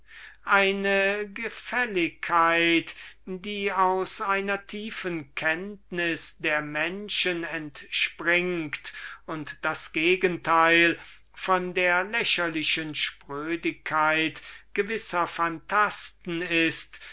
eine gefälligkeit die aus einer tiefen kenntnis der menschen entspringt und das gegenteil von der lächerlichen sprödigkeit gewisser phantasten ist